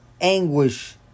anguish